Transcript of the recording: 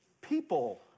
People